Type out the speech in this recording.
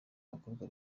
abakobwa